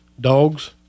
dogs